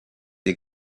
des